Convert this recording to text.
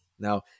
Now